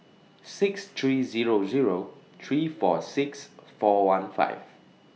six three Zero Zero three four six four one five